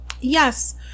Yes